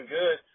good